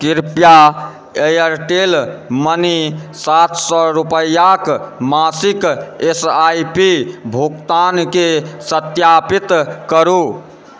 कृपया Airtel money सात सए रुपयाक मासिक एस आई पी भुगतानके सत्यापित करू